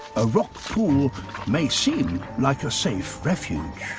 a rock pool may seem like a safe refuge.